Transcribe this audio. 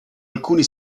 alcuni